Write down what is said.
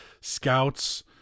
scouts